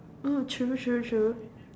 mm true true true